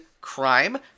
crime